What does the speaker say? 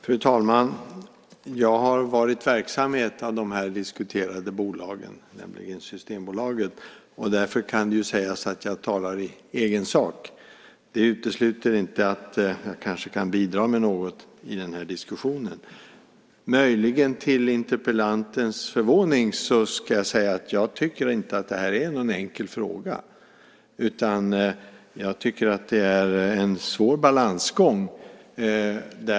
Fru talman! Jag har varit verksam i ett av de här diskuterade bolagen, nämligen i Systembolaget. Därför kan det sägas att jag talar i egen sak. Det utesluter inte att jag kanske kan bidra med något i den här diskussionen. Jag ska, möjligen till interpellantens förvåning, säga att jag inte tycker att det här är en enkel fråga, utan det är en svår balansgång.